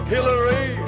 Hillary